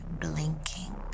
blinking